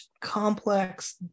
complex